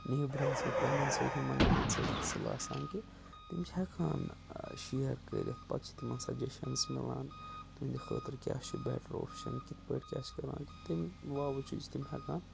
نیبرَن سۭتۍ پنٛنٮ۪ن سۭتۍ ہُمَن یِمَن سۭتۍ اَصٕل آسان کہِ تِم چھِ ہٮ۪کان شِیر کٔرِتھ پَتہٕ چھِ تِمَن سَجیشَنٕز مِلان تُہنٛدِ خٲطرٕ کیاہ چھُ بیٚٹَر اوپشَن کِتھ پٲٹھۍ کیٛاہ چھِ کیٛاہ کَران کہِ تمۍ واوٕ چھُ چھِ تِم ہیٚکان